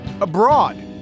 abroad